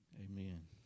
Amen